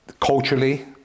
Culturally